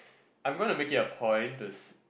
I'm gonna make it a point to